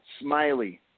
Smiley